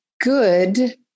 good